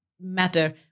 matter